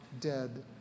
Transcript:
dead